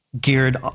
geared